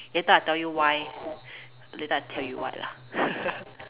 later I tell you why later I tell you why lah